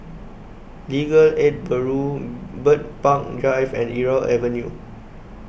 Legal Aid Bureau Bird Park Drive and Irau Avenue